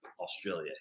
Australia